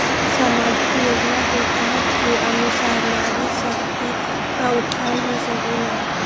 सामाजिक योजना के तहत के अनुशार नारी शकति का उत्थान हो सकील?